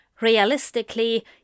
Realistically